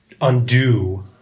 undo